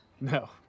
No